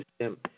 system